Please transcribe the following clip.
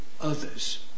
others